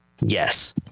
Yes